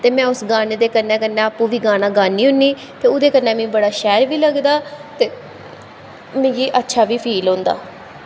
ते में उस गाने दे कन्नै कन्नै आपूं बी गाना गान्नी होन्नी ते ओहदे कन्नै मिगी बड़ा शैल लगदा ते मिगी अच्छा बी फील होंदा